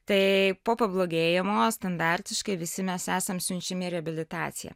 tai po pablogėjimo standartiškai visi mes esam siunčiamiį reabilitacija